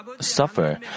suffer